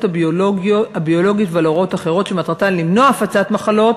הביולוגית ועל הוראות אחרות שמטרתן למנוע הפצת מחלות,